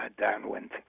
Downwind